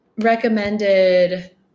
recommended